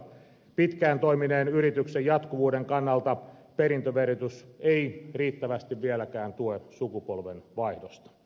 pitkään toimineen yrityksen jatkuvuuden kannalta perintöverotus ei riittävästi vieläkään tue sukupolvenvaihdosta